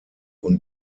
und